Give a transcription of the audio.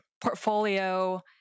portfolio